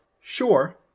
sure